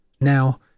Now